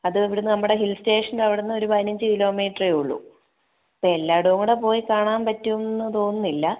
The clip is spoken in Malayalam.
അത് ഇവിടുന്ന് നമ്മുടെ ഹിൽ സ്റ്റേഷൻ്റെ അവിടുന്ന് ഒരു പതിനഞ്ച് കിലോമീറ്ററേ ഉള്ളൂ അപ്പം എല്ലായിടവും കൂടെ പോയി കാണാൻ പറ്റുമെന്ന് തോന്നുന്നില്ല